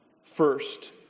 first